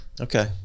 Okay